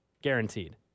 guaranteed